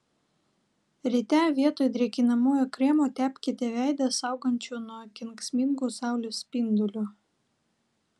ryte vietoj drėkinamojo kremo tepkite veidą saugančiu nuo kenksmingų saulės spindulių